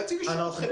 רציתי לשאול אתכם,